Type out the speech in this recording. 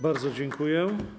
Bardzo dziękuję.